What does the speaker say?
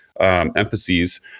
emphases